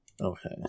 Okay